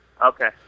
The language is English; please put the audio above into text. Okay